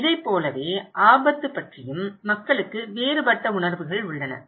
இதைப் போலவே ஆபத்து பற்றியும் மக்களுக்கு வேறுபட்ட உணர்வுகள் உள்ளன